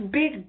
big